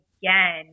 again